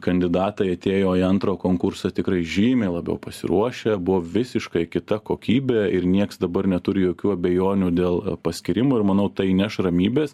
kandidatai atėjo į antrą konkursą tikrai žymiai labiau pasiruošę buvo visiškai kita kokybė ir nieks dabar neturi jokių abejonių dėl paskyrimo ir manau tai įneš ramybės